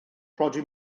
rhodri